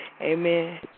Amen